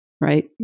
right